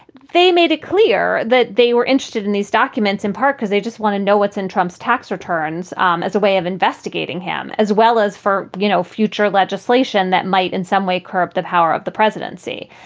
they made it clear that they were interested in these documents, in part because they just want to know what's in trump's tax returns um as a way of investigating him, as well as for, you know, future legislation that might in some way curb the power of the presidency.